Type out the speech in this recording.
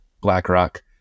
BlackRock